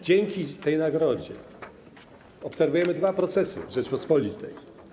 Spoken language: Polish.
Dzięki tej nagrodzie obserwujemy dwa procesy w Rzeczypospolitej.